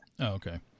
Okay